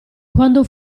quando